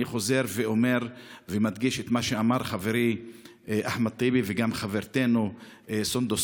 אני חוזר ואומר ומדגיש את מה שאמרו חברי אחמד טיבי וחברתנו סונדוס